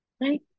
right